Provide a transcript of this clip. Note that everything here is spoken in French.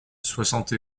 soixante